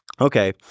Okay